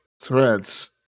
threads